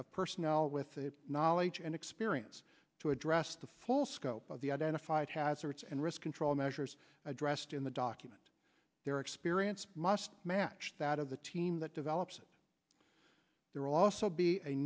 a personnel with the knowledge and experience to address the full scope of the identified hazards and risk control measures addressed in the document their experience must match that of the team that develops there will also be a